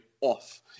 off